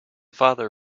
father